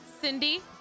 Cindy